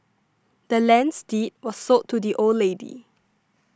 the land's deed was sold to the old lady